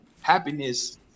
happiness